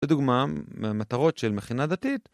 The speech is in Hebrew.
זו דוגמה מהמטרות של מכינה דתית.